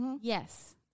Yes